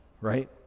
right